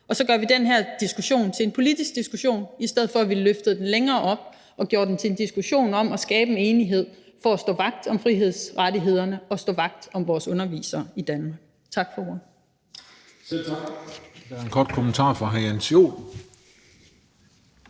og så gør vi den her diskussion til en politisk diskussion i stedet for at løfte den højere op og gøre den til en diskussion om at skabe en enighed for at stå vagt om frihedsrettighederne og stå vagt om vores undervisere i Danmark. Tak for ordet.